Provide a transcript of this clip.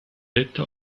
detta